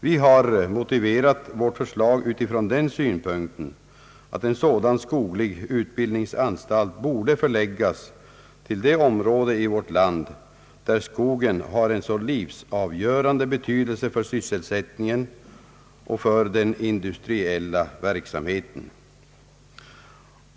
Vi har motiverat vårt förslag utifrån den synpunkten att en sådan skoglig utbildningsanstalt borde förläggas till det område i vårt land där skogen har en så livsavgörande betydelse för sysselsättningen och för den industriella verksamheten.